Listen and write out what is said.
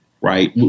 right